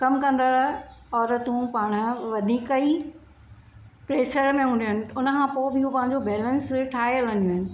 कम कंदड़ औरतूं पाण वधीक ई प्रेशर में हूंदियूं आहिनि उन खां पोइ बि हू पंहिंजो बेलेन्स ठाहे हलंदियूं आहिनि